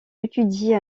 étudie